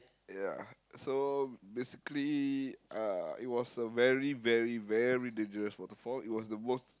yeah so basically uh it was a very very very dangerous waterfall it was the most